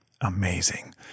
Amazing